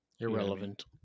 Irrelevant